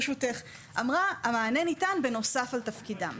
היא אמרה שהמענה ניתן בנוסף על תפקידם.